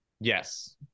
yes